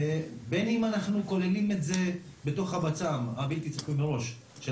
בין אם אנחנו כוללים את זה בתוך הבצ"ר - הבלתי צפוי מראש - של